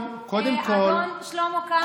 אדון שלמה קרעי,